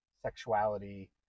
sexuality